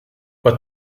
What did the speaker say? but